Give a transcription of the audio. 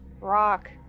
rock